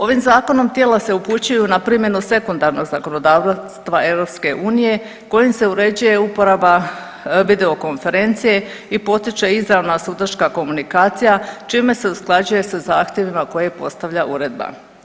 Ovim Zakonom tijela se upućuju na primjenu sekundarnog zakonodavstva EU kojim se uređuje uporaba videokonferencije i potiče izravan sudačka komunikacija, čime se usklađuje sa zahtjevima koje postavlja Uredba.